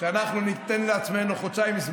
הוא שאנחנו ניתן לעצמנו זמן של חודשיים.